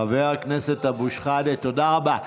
חבר הכנסת אבו שחאדה, תודה רבה.